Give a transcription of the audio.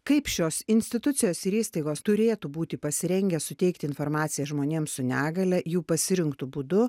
kaip šios institucijos ir įstaigos turėtų būti pasirengę suteikti informaciją žmonėm su negalia jų pasirinktu būdu